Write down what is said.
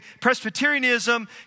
Presbyterianism